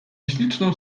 śliczną